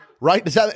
right